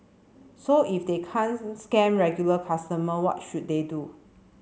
so if they can't scam regular consumer what should they do